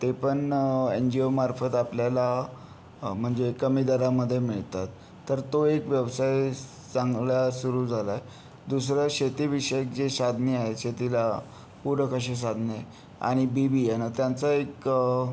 ते पण N G ओमार्फत आपल्याला म्हणजे कमी दरामध्ये मिळतात तर तो एक व्यवसाय चांगला सुरु झाला आहे दुसरं शेतीविषयक जे साधने आहे शेतीला पूरक अशी साधने आणि बी बियाणं त्यांचा एक